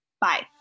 Bye